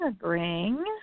bring